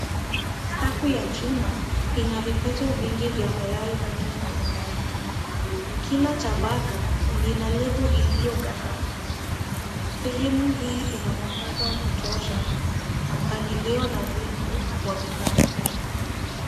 Safu ya chuma ina vipito vingi vya mayai rangi mbalimbali. Kila tabaka lina lebo iliyo gharama. Sehemu hii ina mwangaza wa kutosha na mpangilio nadhifu wa bidhaa.